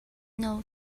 know